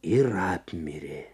ir apmirė